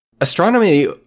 Astronomy